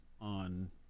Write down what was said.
on